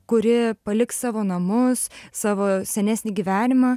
kuri paliks savo namus savo senesnį gyvenimą